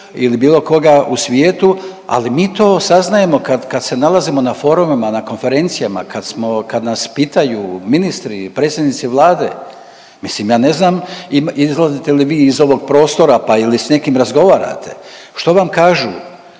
ili bilo koga u svijetu, ali mi to saznajemo kad, kad se nalazimo na forumima, na konferencijama, kad smo, kad nas pitaju ministri i predsjednici vlade. Mislim ja ne znam izlazite li vi iz ovog prostora pa ili s nekim razgovarate, što vam kažu